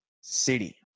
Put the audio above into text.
city